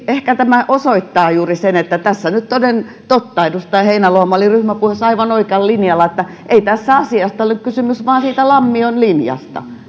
ehkä tämä osoittaa juuri sen että tässä nyt toden totta edustaja heinäluoma oli ryhmäpuheessaan aivan oikealla linjalla että ei tässä asiasta ole kysymys vaan lammion linjasta